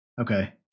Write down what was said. okay